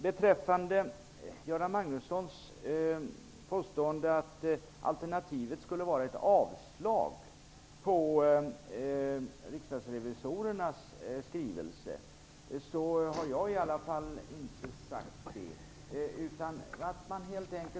Beträffande Göran Magnussons påstående att alternativet skulle vara ett avslag på riksdagsrevisorernas skrivelse vill jag säga att det har i varje fall inte jag sagt.